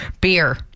Beer